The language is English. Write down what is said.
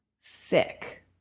Sick